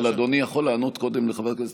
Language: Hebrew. אבל אדוני יכול לענות קודם לחברת הכנסת